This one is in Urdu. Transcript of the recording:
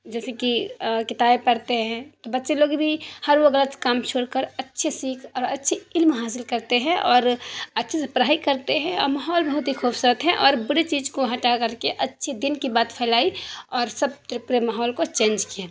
جیسے کہ کتابیں پڑھتے ہیں تو بچے لوگ بھی ہر وہ غلط کام چھوڑ کر اچھے سیکھ اور اچھے علم حاصل کرتے ہیں اور اچھے سے پڑھائی کرتے ہیں اور ماحول بہت ہی خوبصورت ہے اور بری چیز کو ہٹا کر کے اچھے دین کی بات پھیلائی اور سب طرح پورے ماحول کو چینج کیا